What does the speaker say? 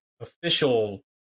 official